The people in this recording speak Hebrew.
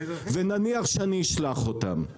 ונניח ואני אשלח אותם.